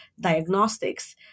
diagnostics